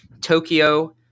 Tokyo